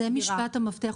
זה משפט המפתח.